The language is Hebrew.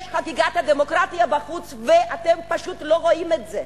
יש חגיגת דמוקרטיה בחוץ ואתם פשוט לא רואים את זה.